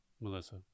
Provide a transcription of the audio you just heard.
Melissa